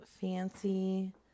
fancy